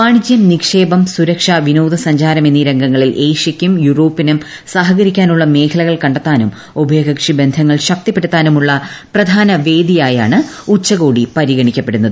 വാണിജ്യം നിക്ഷേപം സുരക്ഷ വിനോദസഞ്ചാരം എന്നീ രംഗങ്ങളിൽ ഏഷ്യക്കും യൂറോപ്പിനും സഹകരിക്കാനുള്ള മേഖലകൾ കണ്ടെത്താനും ഉഭയകക്ഷി ബന്ധങ്ങൾ ശക്തിപ്പെടുത്താനുമുള്ള പ്രധാന വേദിയായാണ് ഉച്ചകോടി പരിഗണിക്കപ്പെടുന്നത്